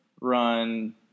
run